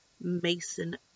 Mason